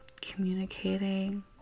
communicating